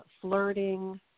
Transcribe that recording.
flirting